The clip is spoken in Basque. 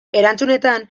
erantzunetan